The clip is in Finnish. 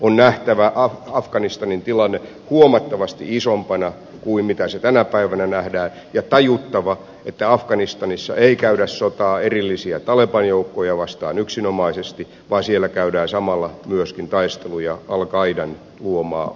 on nähtävä afganistanin tilanne huomattavasti isompana kuin se tänä päivänä nähdään ja tajuttava että afganistanissa ei käydä sotaa erillisiä taleban joukkoja vastaan yksinomaisesti vaan siellä käydään samalla myöskin taisteluja al qaidan luomaa uhkaa vastaan